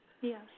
Yes